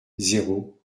zéro